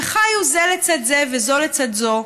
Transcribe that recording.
וחיו זה לצד זה וזו לצד זו,